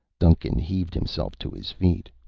duncan heaved himself to his feet.